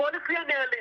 לפעול לפי הנהלים,